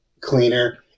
cleaner